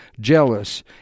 Jealous